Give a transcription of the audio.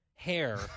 hair